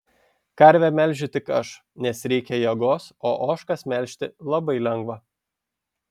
karvę melžiu tik aš nes reikia jėgos o ožkas melžti labai lengva